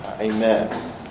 Amen